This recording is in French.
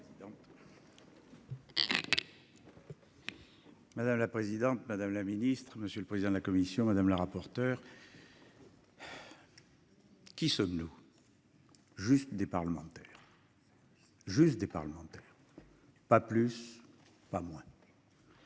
Madame la présidente Madame la Ministre, Monsieur le président de la commission, madame la rapporteure. Qui sommes-nous. Juste des parlementaires. Juste des parlementaires. Pas plus pas moins.